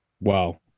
Wow